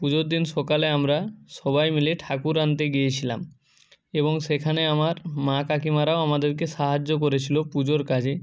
পুজোর দিন সকালে আমরা সবাই মিলে ঠাকুর আনতে গিয়েছিলাম এবং সেখানে আমার মা কাকিমারাও আমাদেরকে সাহায্য করেছিলো পুজোর কাজে